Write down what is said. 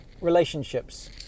relationships